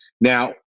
Now